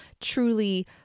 truly